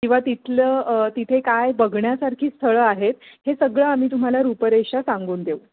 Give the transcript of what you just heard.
किंवा तिथलं तिथे काय बघण्यासारखी स्थळं आहेत हे सगळं आम्ही तुम्हाला रूपरेषा सांगून देऊ